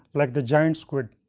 like the giant squid.